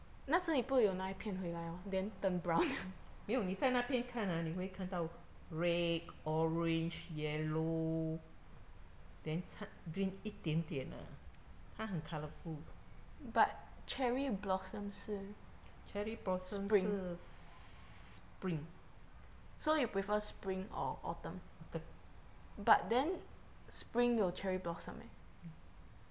没有你在那边看啊你会看到 red orange yellow then 掺 green 一点点啊它很 colourful cherry blossom 是 s~ spring autumn mm